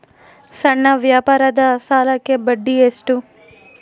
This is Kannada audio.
ಸಣ್ಣ ವ್ಯಾಪಾರದ ಸಾಲಕ್ಕೆ ಬಡ್ಡಿ ಎಷ್ಟು?